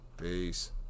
Peace